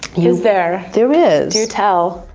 is there? there is. do tell.